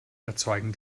erzeugen